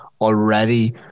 already